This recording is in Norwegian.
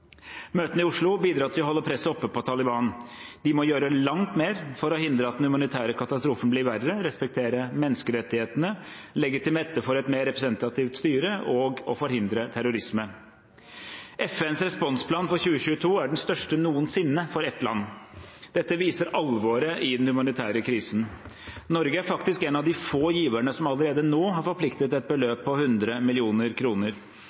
Møtene i Oslo bidrar til å holde presset oppe på Taliban. De må gjøre langt mer for å hindre at den humanitære katastrofen blir verre, respektere menneskerettighetene, legge til rette for et mer representativt styre og forhindre terrorisme. FNs responsplan for 2022 er den største noensinne for et land. Dette viser alvoret i den humanitære krisen. Norge er faktisk en av de få giverne som allerede nå har forpliktet seg til et